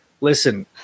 listen